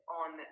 on